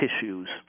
tissues